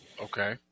Okay